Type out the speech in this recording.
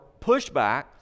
pushback